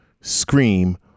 scream